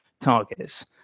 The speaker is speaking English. targets